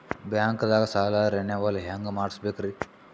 ಬ್ಯಾಂಕ್ದಾಗ ಸಾಲ ರೇನೆವಲ್ ಹೆಂಗ್ ಮಾಡ್ಸಬೇಕರಿ?